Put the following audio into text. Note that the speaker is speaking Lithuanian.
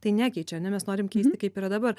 tai nekeičia ar ne mes norim kaip yra dabar